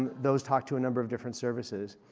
those talk to a number of different services.